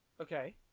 Okay